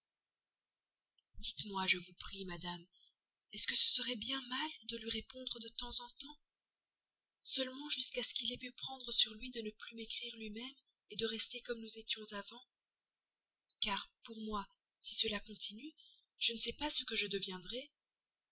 dites-moi je vous en prie madame est-ce que ce serait bien mal de lui répondre de temps en temps seulement jusqu'à ce qu'il ait pu prendre sur lui de ne plus m'écrire lui-même de rester comme nous étions avant car pour moi si cela continue je ne sais pas ce que je deviendrai